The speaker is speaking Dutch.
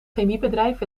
chemiebedrijf